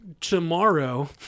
tomorrow